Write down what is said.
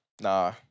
Nah